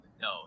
no